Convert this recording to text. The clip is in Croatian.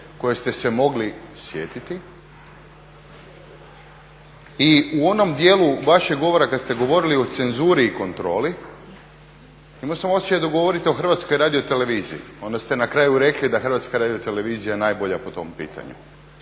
koje ste se mogli sjetiti. I u onom dijelu vašeg govora kad ste govorili o cenzuri i kontroli imao sam osjećaj da govorite o HRT-u. Onda ste na kraju rekli da je HRT najbolja po tom pitanju.